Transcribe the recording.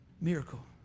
miracle